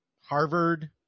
Harvard